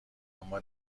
اما